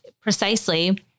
precisely